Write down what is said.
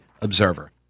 Observer